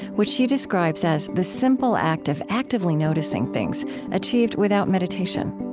which she describes as the simple act of actively noticing things achieved without meditation